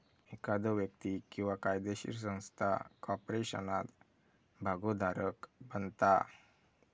एखादो व्यक्ती किंवा कायदोशीर संस्था कॉर्पोरेशनात भागोधारक बनता